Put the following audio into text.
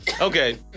Okay